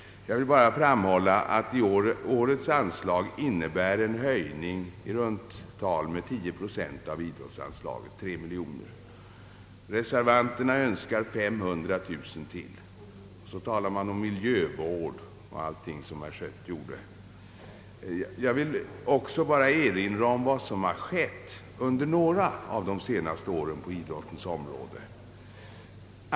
Jag vill framhålla att årets anslag till idrotten i runt tal innebär en höjning med 10 procent, dvs. tre miljoner kronor. Reservanterna önskar = ytterligare 500 000 kronor. Herr Schött talar om miljövård och allt möjligt annat. Jag vill bara erinra om vad som har skett under de senaste åren på idrottens område i fråga om anslag.